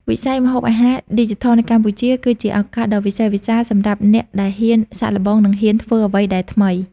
វិស័យម្ហូបអាហារឌីជីថលនៅកម្ពុជា គឺជាឱកាសដ៏វិសេសវិសាលសម្រាប់អ្នកដែលហ៊ានសាកល្បង និងហ៊ានធ្វើអ្វីដែលថ្មី។